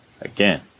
again